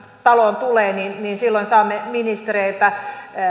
taloon tulee silloin saamme ministereiltä